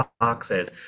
boxes